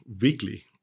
weekly